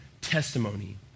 testimony